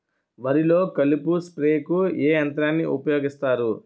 వరిలో కలుపు స్ప్రేకు ఏ యంత్రాన్ని ఊపాయోగిస్తారు?